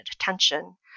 attention